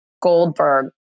Goldberg